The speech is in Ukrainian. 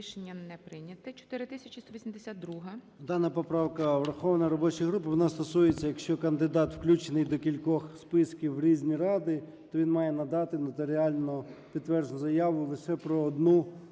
Дана поправка врахована робочою групою. Вона стосується, якщо кандидат включений до кількох списків в різні ради, то він має надати нотаріально підтверджену заяву лише про одну